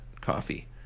coffee